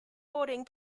boarding